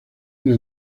una